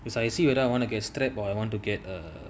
I see whether I want to get strap or want to get err